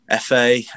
FA